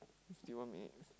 fifty one minute